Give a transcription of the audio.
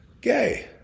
gay